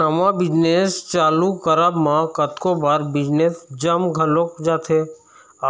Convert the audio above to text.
नवा बिजनेस के चालू करब म कतको बार बिजनेस जम घलोक जाथे